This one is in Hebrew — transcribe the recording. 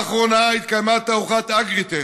לאחרונה התקיימה תערוכת אגריטך,